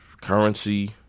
Currency